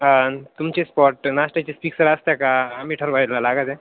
आणि तुमचे स्पॉट नाश्त्याचे फिक्सर असतं का आम्ही ठरवायला लागतं आहे